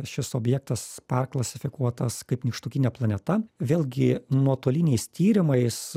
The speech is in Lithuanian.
šis objektas perklasifikuotas kaip nykštukinė planeta vėlgi nuotoliniais tyrimais